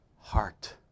Heart